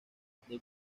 the